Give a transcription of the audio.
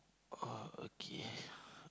oh okay